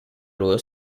loro